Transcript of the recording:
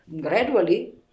gradually